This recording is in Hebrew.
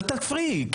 אל תפריעי.